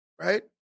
right